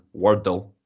Wordle